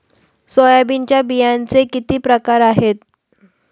सोयाबीनच्या बियांचे किती प्रकार आहेत?